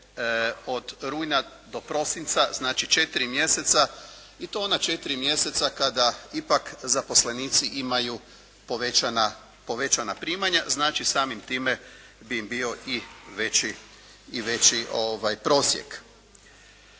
od rujna do prosinca, znači četiri mjeseca i to ona četiri mjeseca kada ipak zaposlenici imaju povećana primanja, znači samim time bi im bio i veći prosjek.